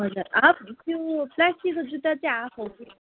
हजुर हाफ त्यो प्लास्टिकको जुत्ता चाहिँ हाफ हो कि